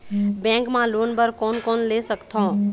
Bank मा loan बर कोन कोन ले सकथों?